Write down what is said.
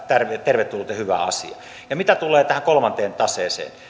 tervetullut ja hyvä asia mitä tulee tähän kolmanteen taseeseen